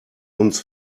uns